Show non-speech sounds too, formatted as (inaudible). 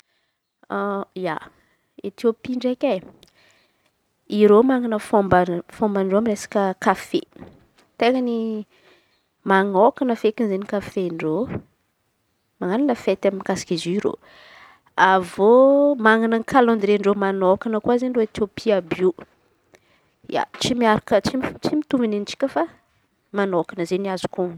Ia Etiopy ndraiky e! Ireo manan̈a fômban-dre- fomban-dreo resaka kafe ten̈a manôkona feky ny kafen-dreo e; manana fety mikasika izy io reo. Avy eo manan̈a kalandrien-dreo manokana koa izen̈y reo Etiopy àby io. Ia tsy miaraky (noise) tsy mitovy amin'ny antsikany fe manôkona zay ny azoko on̈onô.